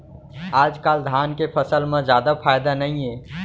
आजकाल धान के फसल म जादा फायदा नइये